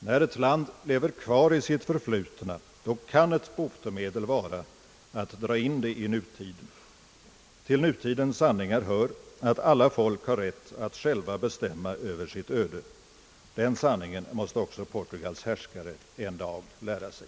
När ett land lever kvar i sitt förflutna, kan ett botemedel vara att dra in det i nutiden. Till nutidens sanningar hör att alla folk har rätt att själva bestämma över sitt öde. Den sanningen måste också Portugals härskare en dag lära sig.